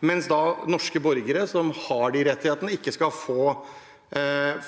og norske borgere, som har disse rettighetene, men som ikke skal få dem